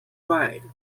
ride